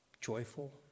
joyful